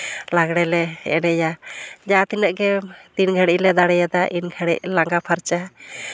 ᱞᱟᱸᱜᱽᱲᱮ ᱞᱮ ᱮᱱᱮᱡᱟ ᱡᱟᱦᱟᱸ ᱛᱤᱱᱟᱹᱜ ᱜᱮ ᱛᱤᱱ ᱜᱷᱟᱹᱲᱤᱡ ᱞᱮ ᱫᱟᱲᱮᱭᱟᱫᱟ ᱤᱱ ᱜᱷᱟᱹᱲᱤᱡ ᱞᱟᱸᱝᱜᱟ ᱯᱷᱟᱨᱪᱟ